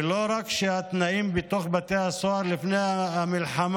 ולא רק שהתנאים בתוך בתי הסוהר לפני המלחמה